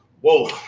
Whoa